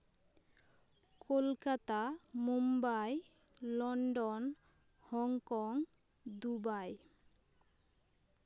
Kolkata Mumbai London Hong Kong Dubai